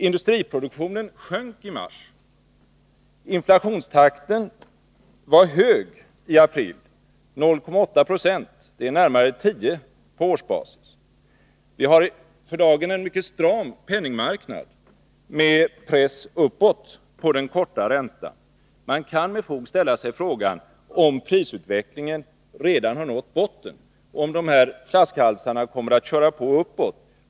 Industriproduktionen sjönk i mars. Inflationstakten var hög i april, nämligen 0,8 90, vilket motsvarar närmare 10 96 på årsbasis. Vi har för dagen en mycket stram penningmarknad med press uppåt på den korta räntan. Man kan med fog ställa sig frågan om prisutvecklingen redan har nått botten och om de här flaskhalsarna kommer att köra på uppåt.